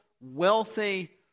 wealthy